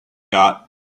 got